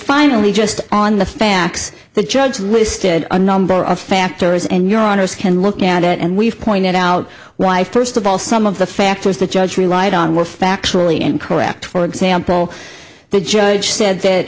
finally just on the facts the judge listed a number of factors and your honour's can look at it and we've pointed out why first of all some of the factors the judge relied on were factually incorrect for example the judge said